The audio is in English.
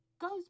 goes